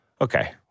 okay